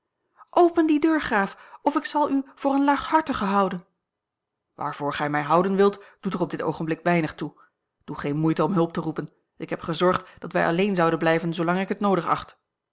open die deur graaf of ik zal u voor een laaghartige houden waarvoor gij mij houden wilt doet er op dit oogenblik weinig toe doe geene moeite om hulp te roepen ik heb gezorgd dat a l g bosboom-toussaint langs een omweg wij alleen zouden blijven zoolang ik het noodig acht